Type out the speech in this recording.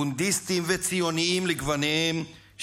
בונדיסטים וציונים לגווניהם,